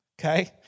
okay